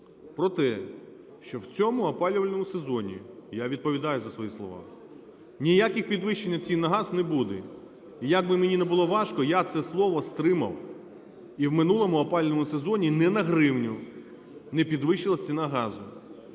про те, що в цьому опалювальному сезоні – я відповідаю за свої слова – ніяких підвищень цін на газ не буде. І як би мені не було важко, я це слово стримав. І в минулому опалювальному сезоні ні на гривню не підвищилася ціна газу.